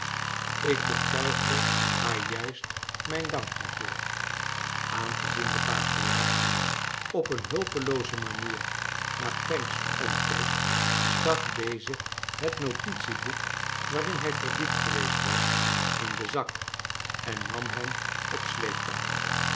ik betuigde haar juist mijn dank daarvoor aangezien de patriarch op een hulpelooze manier naar pancks omkeek stak deze het notitieboek waarin hrj verdiept geweest was in den zak en nam hem op sleeptouw